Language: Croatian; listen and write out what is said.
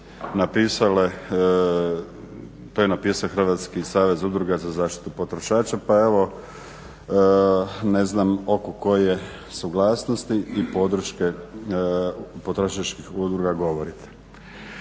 napisale, to je napisao Hrvatski savez udruga za zaštitu potrošača. Pa evo ne znam oko koje suglasnosti i podrške potrošačkih udruga govorite.